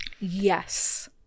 Yes